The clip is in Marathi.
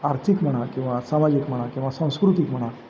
आर्थिक म्हणा किंवा सामाजिक म्हणा किंवा सांस्कृतिक म्हणा